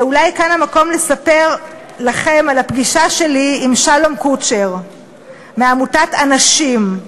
אולי כאן המקום לספר לכם על הפגישה שלי עם שלום קוטשר מעמותת אנשי"ם.